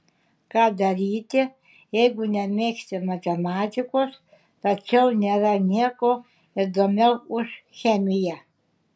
ką daryti jeigu nemėgsti matematikos tačiau nėra nieko įdomiau už chemiją